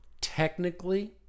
technically